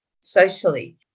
socially